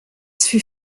fut